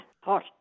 Hot